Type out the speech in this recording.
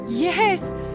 Yes